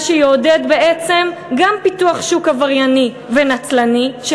מה שיעודד בעצם גם פיתוח שוק עברייני ונצלני של